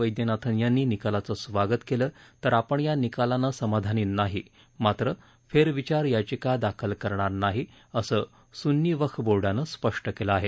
वैद्यनाथन् यांनी निकालाचं स्वागत केलं तर आपण या निकालाने समाधानी नाही मात्र फेरविचार याचिकाही दाखल करणार नाही असं सुन्नी वक्फ बोर्डानं स्पष्ट केलं आहे